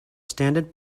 standard